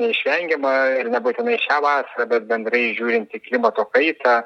neišvengiama ir nebūtinai šią vasarą bet bendrai žiūrint į klimato kaitą